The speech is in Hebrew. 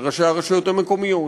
של ראשי הרשויות המקומיות,